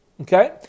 okay